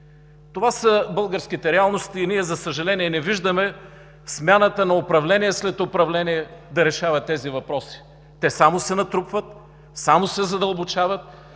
Това са българските реалности и ние, за съжаление, не виждаме смяната на управление след управление да решава тези въпроси. Те само се натрупват, само се задълбочават,